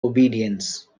obedience